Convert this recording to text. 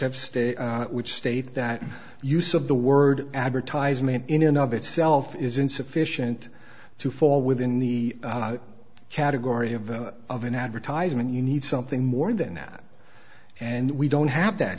have state which state that use of the word advertisement in and of itself is insufficient to fall within the category of of an advertisement you need something more than that and we don't have that